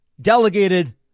delegated